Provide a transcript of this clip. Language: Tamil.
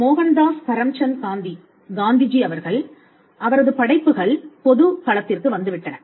மோகன்தாஸ் கரம்சந்த் காந்தி காந்திஜி அவர்கள் அவரது படைப்புகள் பொது களத்திற்கு வந்துவிட்டன